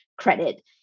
credit